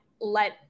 let